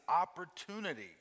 opportunity